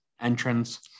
entrance